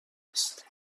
هست